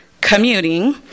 commuting